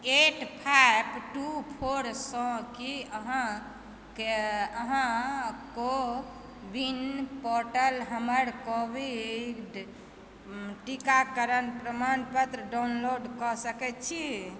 eight five two four सँ की अहाँ कोविन पोर्टल सँ हमर कोविड टीकाकरण प्रमाणपत्र डाउनलोड कऽ सकैत छी